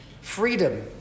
Freedom